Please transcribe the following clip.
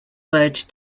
word